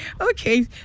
Okay